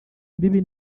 imbibi